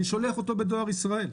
אני שולח אותו בדואר ישראל.